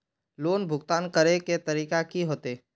Loan भुगतान करे के तरीका की होते?